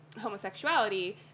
homosexuality